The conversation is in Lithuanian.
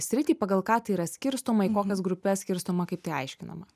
sritį pagal ką tai yra skirstoma į kokias grupes skirstoma kaip tai aiškinama